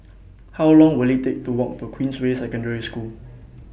How Long Will IT Take to Walk to Queensway Secondary School